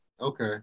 okay